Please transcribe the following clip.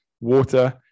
water